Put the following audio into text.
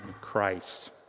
Christ